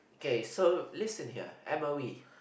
K so listen here m_o_e